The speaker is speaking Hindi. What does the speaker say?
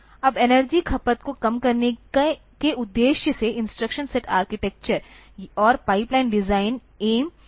अब एनर्जी खपत को कम करने के उद्देश्य से इंस्ट्रक्शन सेट आर्किटेक्चर और पाइपलाइन डिजाइन ऐम की गयी है